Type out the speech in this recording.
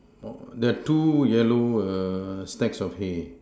oh that two yellow err stacks of hay